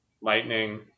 lightning